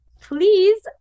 please